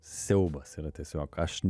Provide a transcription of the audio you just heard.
siaubas yra tiesiog aš